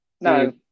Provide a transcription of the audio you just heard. No